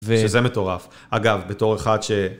שזה מטורף. אגב, בתור אחד ש...